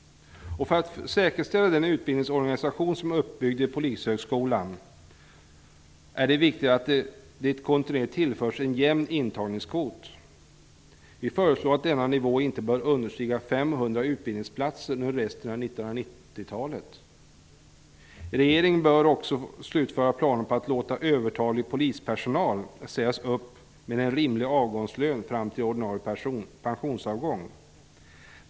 För att säkerställa den utbildningsorganisation som är uppbyggd vid Polishögskolan är det viktigt att det kontinuerligt tillförs en jämn intagningskvot. Vi föreslår att denna nivå inte bör understiga 500 Regeringen bör också slutföra planerna på att låta övertalig polispersonal sägas upp med en rimlig avgångslön fram till ordinarie pensionsavgång.